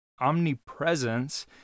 omnipresence